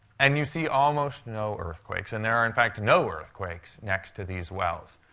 and you see almost no earthquakes. and there are, in fact, no earthquakes next to these wells.